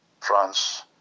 France